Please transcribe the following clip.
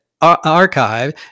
Archive